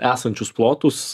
esančius plotus